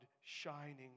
shining